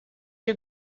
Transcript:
you